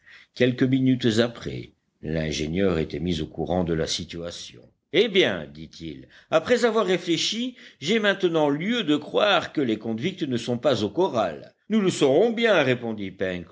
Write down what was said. quelques minutes après l'ingénieur était mis au courant de la situation eh bien dit-il après avoir réfléchi j'ai maintenant lieu de croire que les convicts ne sont pas au corral nous le saurons bien répondit